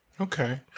Okay